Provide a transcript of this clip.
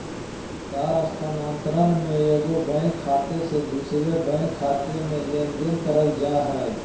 तार स्थानांतरण में एगो बैंक खाते से दूसर बैंक खाते में लेनदेन करल जा हइ